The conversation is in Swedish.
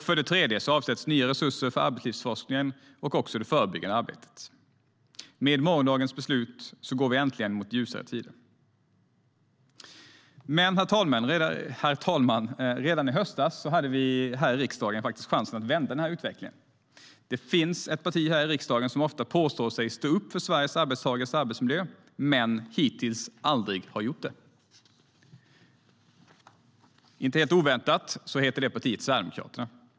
För det tredje avsätts nya resurser för arbetslivsforskningen och det förebyggande arbetet. Med morgondagens beslut går vi äntligen mot ljusare tider. Men, herr talman, redan i höstas hade vi i riksdagen chansen att vända utvecklingen. Det finns ett parti i riksdagen som ofta påstår sig stå upp för Sveriges arbetstagares arbetsmiljö men hittills aldrig gjort det. Inte helt oväntat heter det partiet Sverigedemokraterna.